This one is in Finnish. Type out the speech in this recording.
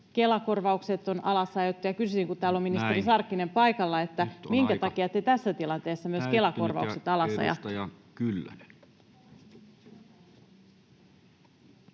Näin, nyt on aika täyttynyt!] kun täällä on ministeri Sarkkinen paikalla: minkä takia te tässä tilanteessa myös Kela-korvaukset alasajatte?